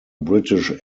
british